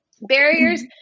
barriers